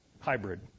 hybrid